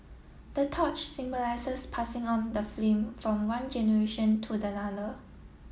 the torch symbolises passing on the flame from one generation to the other